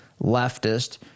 leftist